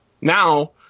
now